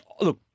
Look